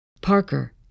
Parker